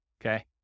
Okay